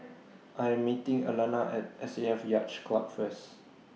I Am meeting Alanna At S A F Yacht Club First